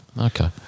Okay